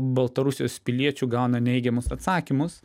baltarusijos piliečių gauna neigiamus atsakymus